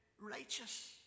righteous